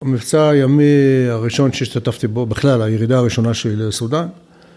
המבצע הימי הראשון שהשתתפתי בו, בכלל הירידה הראשונה שלי לסודן